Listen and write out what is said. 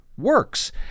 Works